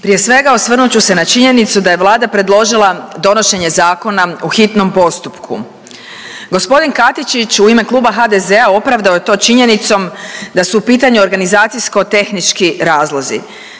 Prije svega osvrnut ću se na činjenicu da je Vlada predložila donošenje zakona u hitnom postupku. Gospodin Katičić u ime kluba HDZ-a opravdao je to činjenicom da su u pitanju organizacijsko tehnički razlozi.